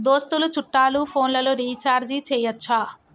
దోస్తులు చుట్టాలు ఫోన్లలో రీఛార్జి చేయచ్చా?